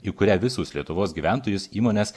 į kurią visus lietuvos gyventojus įmones